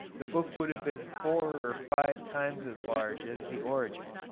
the book would have been four or five times as large as the origin,